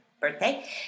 birthday